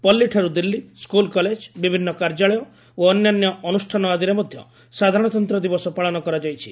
ପଲ୍ଲୀଠାରୁ Delhi school college ବିଭିନ୍ତ କାର୍ଯ୍ୟାଳୟ ଓ ଅନ୍ୟାନ୍ୟ ଅନୁଷ୍ଠାନ ଆଦିରେ ମଧ୍ୟ ସାଧାରଣତନ୍ତ ଦିବସ ପାଳନ କରାଯାଇଛି